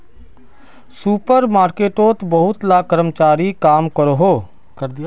super मार्केटोत बहुत ला कर्मचारी काम करोहो